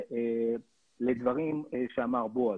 לדברים שאמר בועז.